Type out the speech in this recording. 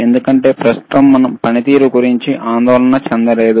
ఎందుకంటే ప్రస్తుతం మనం పనితీరు గురించి ఆందోళన చెందలేదు